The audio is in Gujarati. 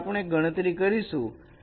તેથી આપણે ગણતરી કરીશુ